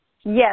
Yes